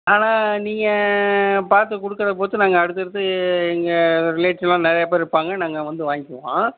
ஆனால் நீங்கள் பார்த்து கொடுக்கிறத பொறுத்து நாங்கள் அடுத்து அடுத்து எங்கள் ரிலேட்டிவ்லாம் நிறைய பேர் இருப்பாங்கள் நாங்கள் வந்து வாங்கிக்குவோம்